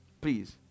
please